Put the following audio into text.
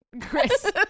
Chris